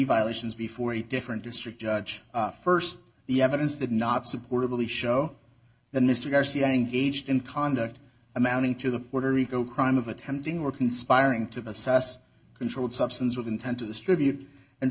violations before a different district judge st the evidence did not supportive of the show that mr garcia engaged in conduct amounting to the puerto rico crime of attempting or conspiring to assess controlled substance with intent to distribute and